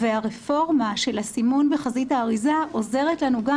והרפורמה של הסימון בחזית האריזה עוזרת לנו גם